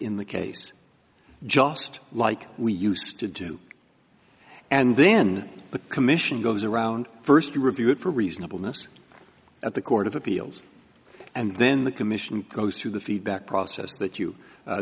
in the case just like we used to do and then the commission goes around first to review it for reasonableness at the court of appeals and then the commission goes through the feedback process that you